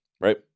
right